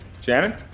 Shannon